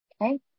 Okay